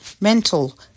mental